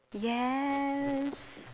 yes